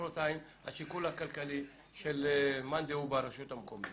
מחרתיים השיקול הכלכלי של מאן דהו ברשויות המקומיות